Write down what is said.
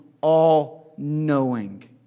all-knowing